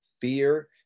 fear